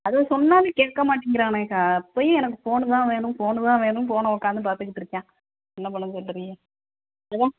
அதுவோ சொன்னாலும் கேட்க மாட்டேங்கிறானே அக்கா அப்போயும் எனக்கு ஃபோனு தான் வேணும் ஃபோனு தான் வேணும் ஃபோனை உக்கார்ந்து பார்த்துக்கிட்டு இருக்கான் என்ன பண்ண சொல்கிறீங்க அதான்